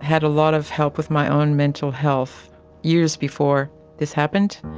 had a lot of help with my own mental health years before this happened.